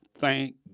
thank